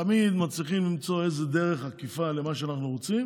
תמיד מצליחים למצוא איזו דרך עקיפה למה שאנחנו רוצים,